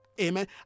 amen